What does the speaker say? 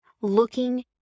looking